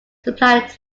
supplied